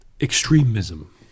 extremism